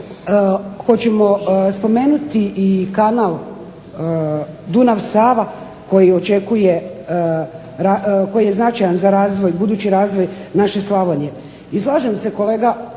hoćemo spomenuti i kanal Dunav-Sava koji je značajan za budući razvoj naše Slavonije. I slažem se kolega